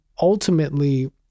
ultimately